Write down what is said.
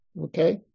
Okay